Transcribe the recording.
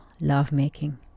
lovemaking